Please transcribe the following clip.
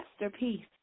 masterpiece